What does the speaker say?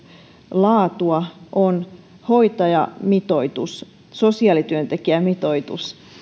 laatua on hoitajamitoitus sosiaalityöntekijämitoitus